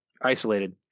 isolated